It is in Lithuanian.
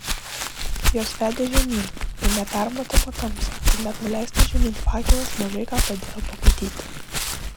jos vedė žemyn į nepermatomą tamsą kur net nuleistas žemyn fakelas mažai ką padėjo pamatyti